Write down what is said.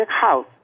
house